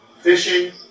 fishing